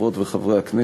חברות וחברי הכנסת,